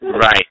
Right